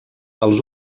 els